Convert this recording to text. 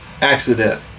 accident